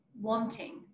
wanting